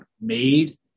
made